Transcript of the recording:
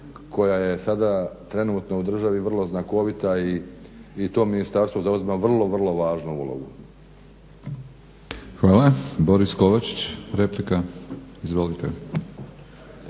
koja je sada trenutno u državi vrlo znakovita i to ministarstvo zauzima vrlo, vrlo važnu ulogu. **Batinić, Milorad (HNS)** Hvala. Boris Kovačić, replika. Izvolite.